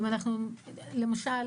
למשל,